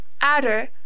Adder